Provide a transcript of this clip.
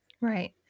Right